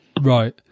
right